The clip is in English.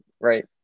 right